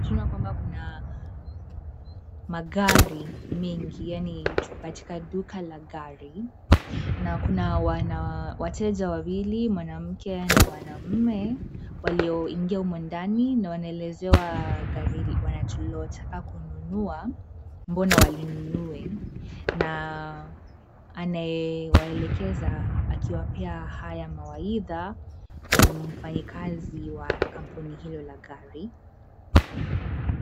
Tunaona kwamba kuna magari mengi, yaani tuko katika duka la gari. Na kuna wateja wawili; mwanamke na mwanamume walio ingia humo ndani na wanaelezewa gari wanayotaka kununua mbona walinunue; na anayewaelekeza akiwapea haya mawaidha ni mfanyikazi wa kampuni hilo la gari.